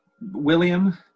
William